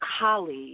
colleague